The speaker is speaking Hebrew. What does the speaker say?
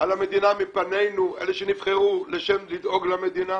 על המדינה מפנינו אלו שנבחרו לשם דאגה למדינה.